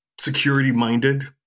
security-minded